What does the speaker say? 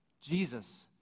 Jesus